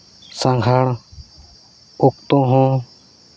ᱥᱟᱸᱜᱷᱟᱨ ᱚᱠᱛᱚ ᱦᱚᱸ